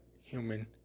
human